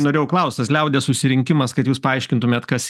norėjau klaust tas liaudies susirinkimas kad jūs paaiškintumėt kas